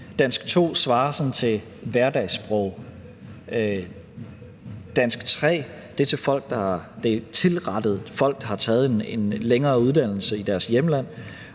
Danskprøve 2 svarer sådan til hverdagssprog. Danskprøve 3 er tilrettet folk, der har taget en længere uddannelse i deres hjemland,